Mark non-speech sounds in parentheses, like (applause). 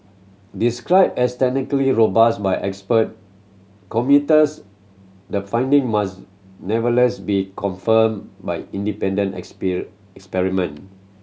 described as technically robust by expert commuters the finding must never less be confirmed by independent (unintelligible) experiment